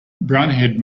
brownhaired